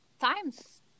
times